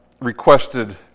requested